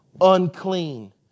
unclean